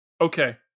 Okay